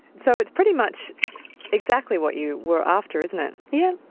so it's pretty much exactly what you were after, isn't it? yes.